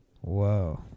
Whoa